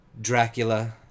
Dracula